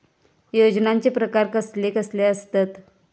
योजनांचे प्रकार कसले कसले असतत?